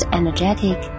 energetic